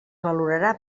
valorarà